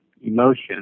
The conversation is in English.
emotion